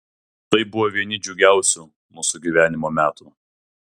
tai buvo vieni džiugiausių mūsų gyvenimo metų